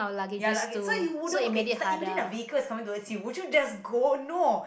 ya lah okay so you wouldn't okay is like imagine a vehicle is coming towards you would you just go no